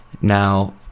Now